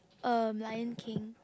um Lion-King